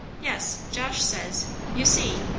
yes. josh says you see,